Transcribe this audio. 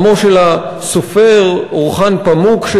עמו של הסופר אורחן פאמוק,